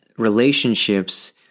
relationships